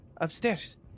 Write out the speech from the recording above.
upstairs